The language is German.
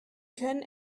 können